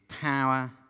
power